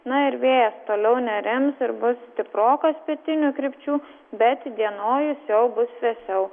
na ir vėjas toliau nerims ir bus stiprokas pietinių krypčių bet įdienojus jau bus vėsiau